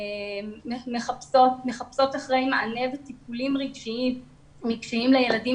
מחפשות אחרי מענה וטיפולים רגשיים לילדים